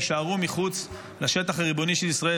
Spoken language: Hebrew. יישארו מחוץ לשטח הריבוני של ישראל,